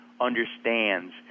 understands